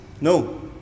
No